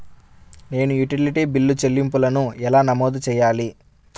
నేను utility bill చెల్లింపులను ఎలా నమోదు చేయాలి?